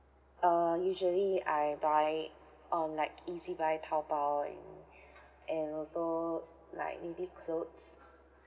uh usually I buy on like ezbuy taobao and and also like maybe clothes